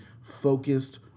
focused